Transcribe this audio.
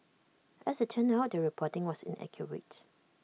as IT turned out the reporting was inaccurate